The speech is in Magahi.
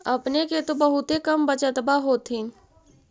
अपने के तो बहुते कम बचतबा होब होथिं?